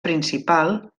principal